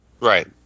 Right